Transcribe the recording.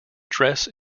dress